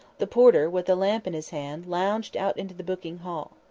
the porter, with the lamp in his hand, lounged out into the booking-hall.